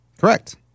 Correct